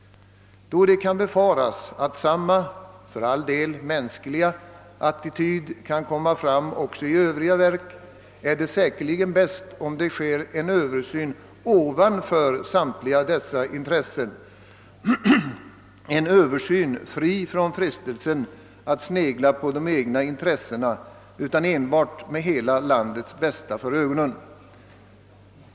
Då det kan befaras att samma — för all del mänskliga — attityd kan komma till uttryck också inom övriga verk, är det säkerligen bäst om det görs en Översyn ovanför samtliga dessa intressen, en översyn fri från frestelsen att snegla på de egna fördelarna, en översyn enbart med hela landets bästa för ögonen.